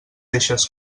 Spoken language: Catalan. eixes